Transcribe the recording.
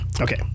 Okay